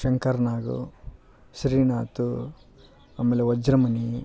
ಶಂಕರ್ನಾಗು ಶ್ರೀನಾಥು ಆಮೇಲೆ ವಜ್ರಮುನಿ